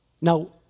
Now